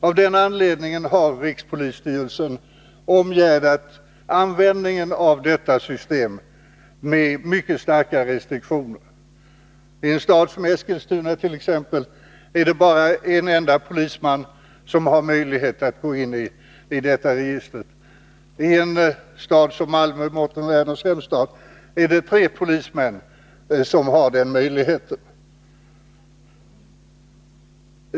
Av den anledningen har rikspolisstyrelsen omgärdat användningen av detta system med mycket starka restriktioner. I en stad som Eskilstuna är det t.ex. bara en enda polisman som har möjlighet att gå in i detta register, och i en stad som Malmö — Mårten Werners hemstad — är det tre polismän som har den möjligheten.